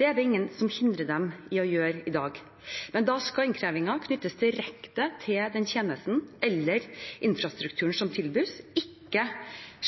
Det er det ingen som hindrer dem i å gjøre i dag. Men da skal innkrevingen knyttes direkte til den tjenesten eller infrastrukturen som tilbys – ikke